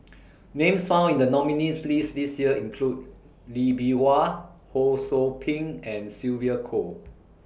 Names found in The nominees' list This Year include Lee Bee Wah Ho SOU Ping and Sylvia Kho